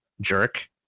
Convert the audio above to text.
jerk